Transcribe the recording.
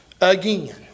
again